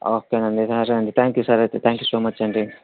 okay అండి సరే అండి థ్యాంక్ యూ సార్ అయితే థ్యాంక్ యూ సో మచ్ అండి